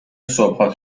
صبحها